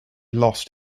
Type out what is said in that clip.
lost